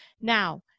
now